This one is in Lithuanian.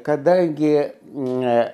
kada gi ne